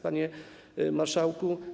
Panie Marszałku!